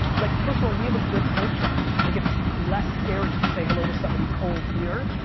like, first of all, we have a good culture, like, it's less scary to say hello to somebody cold here,